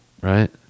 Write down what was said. Right